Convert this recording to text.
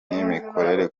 n’imikorere